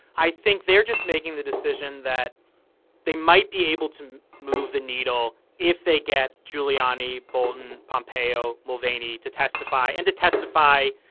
i think they're just making the decision that they might be able to move the needle if they get giuliani, bolton, pompeo, mulvaney to testify and to testify.